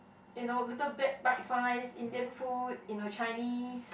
you know little bat bite size Indian food you know Chinese